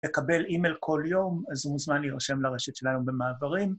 יקבל אימייל כל יום, אז הוא מוזמן להירשם לרשת שלנו במעברים.